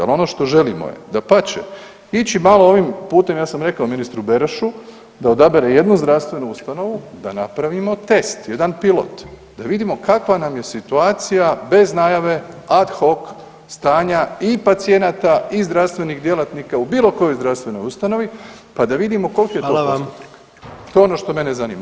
Ali ono što želimo je dapače ići malo ovim putem, ja sam rekao ministru Berošu da odabere jednu zdravstvenu ustanovu da napravimo test jedan pilot, da vidimo kakva nam je situacija bez najave ad hoc stanja i pacijenata i zdravstvenih djelatnika u bilo kojoj zdravstvenoj ustanovi pa da vidimo koliki je to postotak [[Upadica predsjednik: Hvala vam.]] To je ono što mene zanima.